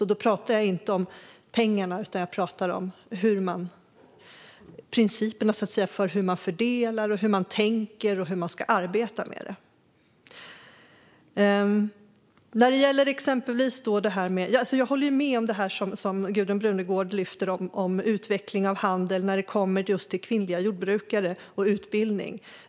Och då pratar jag inte om pengarna utan om principerna för hur man fördelar, tänker och ska arbeta med det. Jag håller med om det Gudrun Brunegård sa om utveckling av handel när det kommer till just kvinnliga jordbrukare och utbildning.